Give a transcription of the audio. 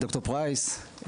דוקטור פרייס,